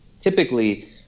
typically